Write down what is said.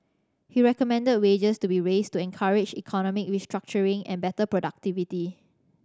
he recommended wages be raised to encourage economic restructuring and better productivity